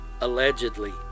Allegedly